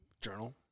journal